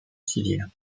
civile